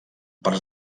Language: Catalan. parts